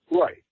Right